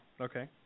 Okay